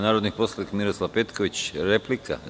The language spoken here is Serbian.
Narodni poslanik Miroslav Petković, replika.